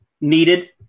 needed